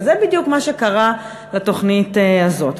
וזה בדיוק מה שקרה לתוכנית הזאת.